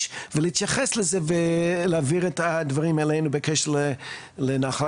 ולהתייחס לזה ולהעביר את הדברים אלינו בקשר לנחל.